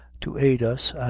to aid us,